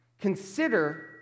Consider